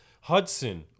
Hudson